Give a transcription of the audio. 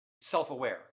self-aware